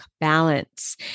balance